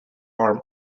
arm